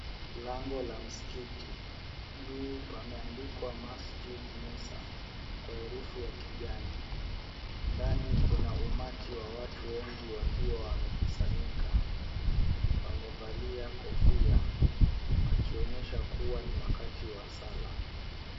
Lango la msikiti, juu pameandikwa MASJID MUSA kwa herufi ya kijani. Ndani kuna umati wa watu wengi wakiwa wamekusanyika. Wamevalia kofia wakionyesha kuwa ni wakati wa sala.